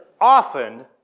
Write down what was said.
often